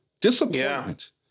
disappointment